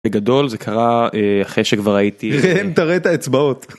בגדול זה קרה אחרי שכבר הייתי, תראה את האצבעות.